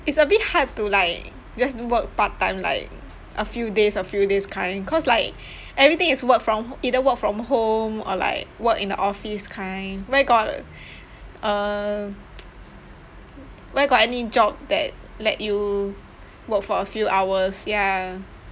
it's a bit hard to like just work part time like a few days a few days kind cause like everything is work from either work from home or like work in the office kind where got uh where got any job that let you work for a few hours ya